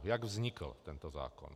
Jak vznikl tento zákon.